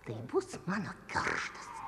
tai bus mano kerštas